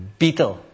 beetle